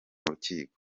rukiko